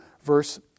verse